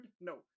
no